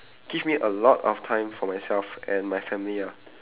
give me a lot of time for myself and my family ah